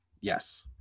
Yes